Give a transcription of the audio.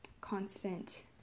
constant